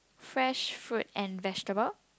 fresh fruit and vegetable